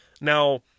Now